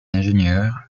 ingénieurs